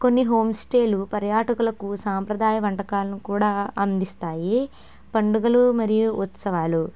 కొన్ని హోమ్ స్టేలు పర్యాటకులకు సాంప్రదాయ వంటకాలను కూడా అందిస్తాయి పండుగలు మరియు ఉత్సవాలు